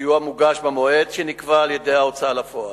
הסיוע מוגש במועד שנקבע על-ידי ההוצאה לפועל,